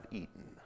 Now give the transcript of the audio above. eaten